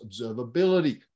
observability